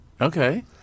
Okay